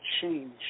change